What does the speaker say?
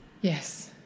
Yes